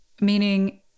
meaning